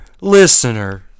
listener